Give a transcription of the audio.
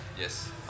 Yes